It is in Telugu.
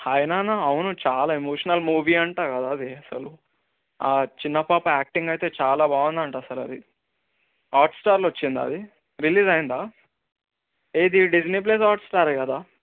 హాయ్ నాన్న అవును చాలా ఎమోషనల్ మూవీ అంట కదా అది అసలు ఆ చిన్న పాప యాక్టింగ్ అయితే చాలా బాగుంటుంది అంట అసలు అది హాట్స్టార్లో వచ్చిందా అది రిలీజ్ అయ్యిందా ఏది డిస్నీ ప్లస్ హాట్స్టార్ కదా